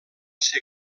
ser